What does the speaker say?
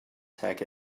tack